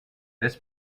this